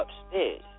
upstairs